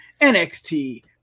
NXT